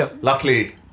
luckily